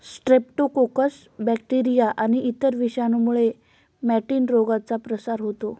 Streptococcus bacteria आणि इतर विषाणूंमुळे मॅटिन रोगाचा प्रसार होतो